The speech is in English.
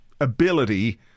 ability